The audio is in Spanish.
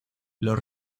los